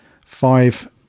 Five